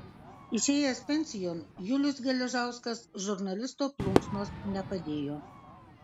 išėjęs pensijon julius geležauskas žurnalisto plunksnos nepadėjo